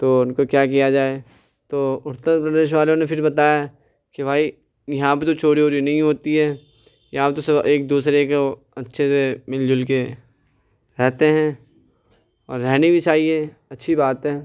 تو ان پہ كیا كیا جائے تو اُتّر پردیش والوں نے پھر بتایا کہ بھائی یہاں پہ تو چوری ووری نہیں ہوتی ہے یہاں تو سب ایک دوسرے كے اچّھے سے مل جل كے رہتے ہیں اور رہنے بھی چاہیے اچّھی بات ہے